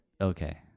Okay